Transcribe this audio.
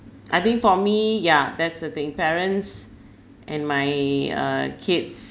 I think for me yeah that's the thing parents and my uh kids